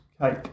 cake